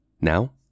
Now